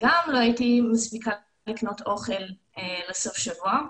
וגם לא הייתי מספיקה לקנות אוכל לסוף שבוע.